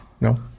no